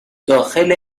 داخل